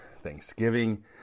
Thanksgiving